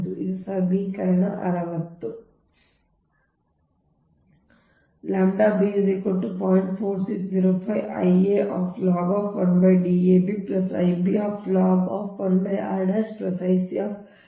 ಇದು ಸಮೀಕರಣ 60 ಆಗಿದೆ